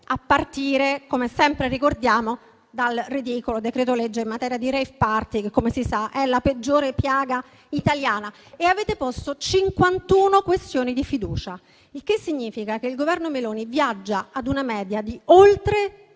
a partire, come sempre ricordiamo, dal ridicolo decreto-legge in materia di *rave party* che, come si sa, è la peggiore piaga italiana, e avete posto 51 questioni di fiducia. Questo significa che il Governo Meloni viaggia ad una media di oltre